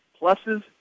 pluses